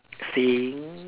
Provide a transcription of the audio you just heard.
saying or